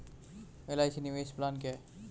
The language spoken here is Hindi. एल.आई.सी निवेश प्लान क्या है?